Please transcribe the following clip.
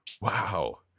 Wow